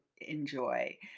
enjoy